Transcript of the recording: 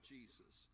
Jesus